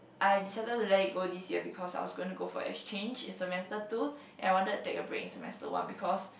I decided to let it go this year because I was going to go for exchange in semester two and I wanted to take a break in semester one because